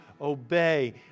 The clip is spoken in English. obey